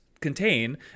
contain